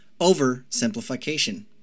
Oversimplification